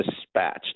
dispatched